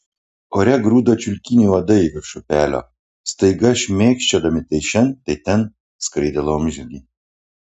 ore grūdo čiulkinį uodai virš upelio staiga šmėkščiodami tai šen tai ten skraidė laumžirgiai